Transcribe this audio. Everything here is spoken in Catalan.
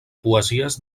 poesies